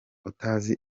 utazi